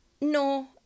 no